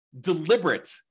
deliberate